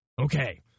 Okay